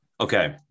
Okay